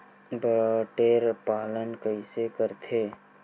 बटेर पालन कइसे करथे?